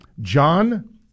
John